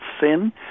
sin